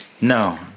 No